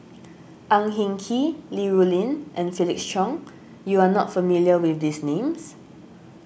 Ang Hin Kee Li Rulin and Felix Cheong you are not familiar with these names